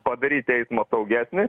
padaryti eismą saugesnį